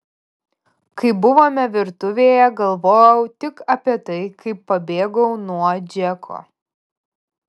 kai buvome virtuvėje galvojau tik apie tai kaip pabėgau nuo džeko